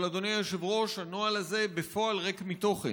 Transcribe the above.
אבל, אדוני היושב-ראש, הנוהל הזה בפועל ריק מתוכן.